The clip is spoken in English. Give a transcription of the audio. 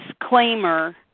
disclaimer